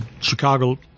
Chicago